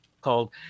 called